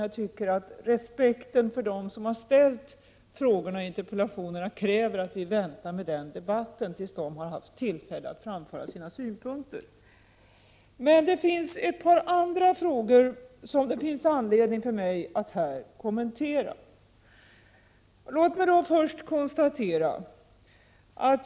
Jag tycker att respekten för dem som har ställt frågorna och interpellationerna kräver att vi väntar med den debatten tills de har haft tillfälle att framföra sina synpunkter. Men det finns ett par frågor som jag har anledning att här kommentera.